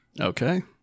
okay